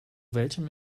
welchem